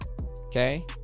okay